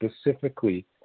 specifically